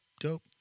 dope